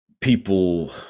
people